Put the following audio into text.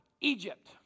Egypt